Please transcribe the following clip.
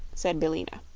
said billina.